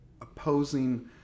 opposing